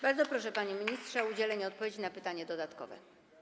Bardzo proszę, panie ministrze, o udzielenie odpowiedzi na pytanie dodatkowe.